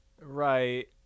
Right